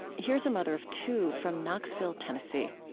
here's a mother of two from knoxville, tennessee